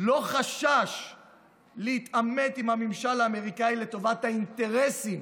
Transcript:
לא חשש להתעמת עם הממשל האמריקאי לטובת האינטרסים